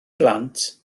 blant